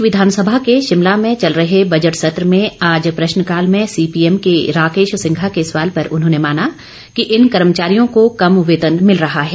प्रदेश विधानसभा के शिमला में चल रहे बजट सत्र में आज प्रश्नकाल में सीपीएम के राकेश सिंघा के सवाल पर उन्होंने माना कि इन कर्मचारियों को कम वेतन मिल रहा है